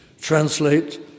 translate